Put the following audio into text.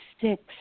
six